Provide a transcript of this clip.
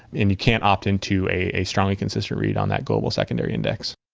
and you can't opt into a strongly consistent read on that global secondary index.